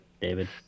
David